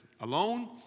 alone